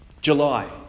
July